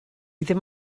ddim